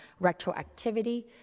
retroactivity